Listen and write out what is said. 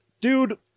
dude